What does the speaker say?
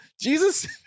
jesus